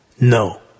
No